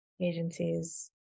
agencies